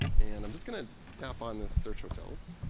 and i'm just going to tap on the search hotels.